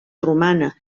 romana